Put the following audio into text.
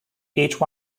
each